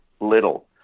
little